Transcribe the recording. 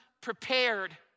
prepared